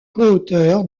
coauteur